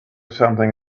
something